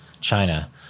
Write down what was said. China